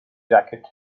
jacket